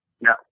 No